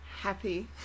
happy